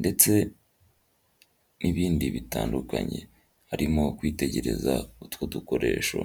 ndetse n'ibindi bitandukanye arimo kwitegereza utwo dukoresho.